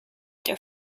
their